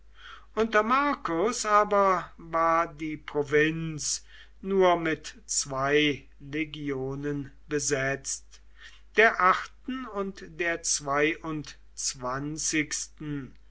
unter marcus aber war die provinz nur mit zwei legionen besetzt der achten und der zweiundzwanzigsten